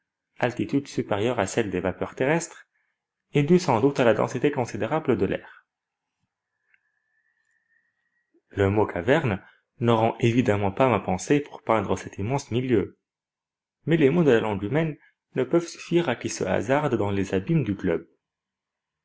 altitude supérieure à celle des vapeurs terrestres et due sans doute à la densité considérable de l'air le mot caverne ne rend évidemment pas ma pensée pour peindre cet immense milieu mais les mots de la langue humaine ne peuvent suffire à qui se hasarde dans les abîmes du globe